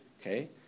Okay